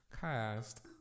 Cast